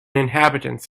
inhabitants